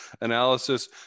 analysis